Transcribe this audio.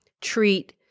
treat